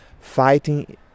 fighting